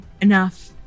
enough